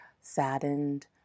saddened